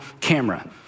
camera